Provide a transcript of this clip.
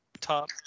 top